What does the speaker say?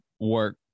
work